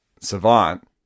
Savant